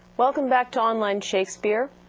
welcome back to online shakespeare.